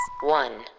one